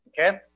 Okay